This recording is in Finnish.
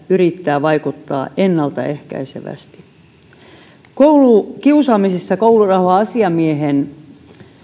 yrittää vaikuttaa ennalta ehkäisevästi koulukiusaamisessa koulurauha asiamiehen